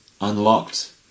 unlocked